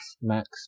Max